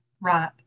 right